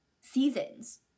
seasons